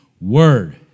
word